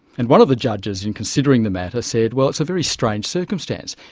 and one of the judges in considering the matter, said well it's a very strange circumstance.